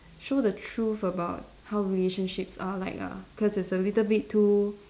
show the truth about how relationships are like ah cause it's a little bit too